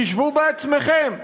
חשבו בעצמכם,